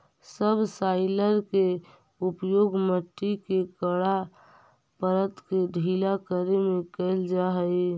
subsoiler के उपयोग मट्टी के कड़ा परत के ढीला करे में कैल जा हई